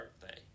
birthday